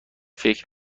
فکر